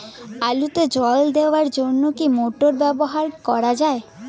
আলুতে জল দেওয়ার জন্য কি মোটর ব্যবহার করা যায়?